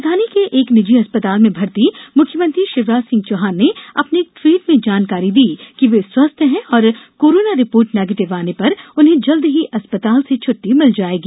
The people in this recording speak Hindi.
राजधानी के एक निजी अस्पताल में भर्ती मुख्यमंत्री शिवराज सिंह चौहान ने अपने एक ट्वीट में जानकारी दी की वे स्वस्थ हैं और कोरोना रिपोर्ट नेगेटिव आने पर उन्हें जल्द ही अस्पताल से छुट्टी मिल जाएगी